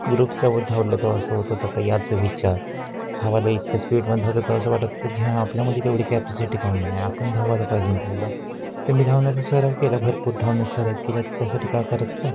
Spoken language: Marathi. ग्रुपसोबत धावलं तो असं होत होतं का याचा विचार हा वाला इतक्या स्पीडमध्ये धावतं तर असं वाटतं की हा आपल्यामध्ये एवढी कॅपसिटी काहून नाही आहे आपण धावायला पाहिजे तेवढं ते मी धावण्याचा सराव केला भरपूर धावण्याचा सराव केला तर त्यासाठी काय करत होतं